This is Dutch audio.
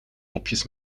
mopjes